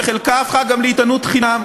וחלקה הפכה גם לעיתונות חינם.